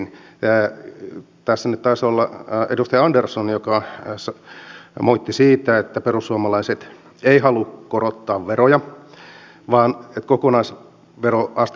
tässä nyt taisi olla edustaja andersson joka moitti siitä että perussuomalaiset eivät halua korottaa veroja ja kokonaisveroastetta emme ole nostamassa